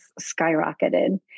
skyrocketed